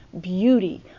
beauty